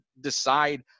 decide